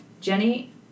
Jenny